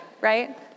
right